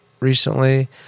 recently